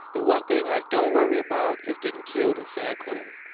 the one thing i don't worry about is getting killed in san quentin.